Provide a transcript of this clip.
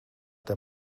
der